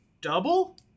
double